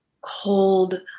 cold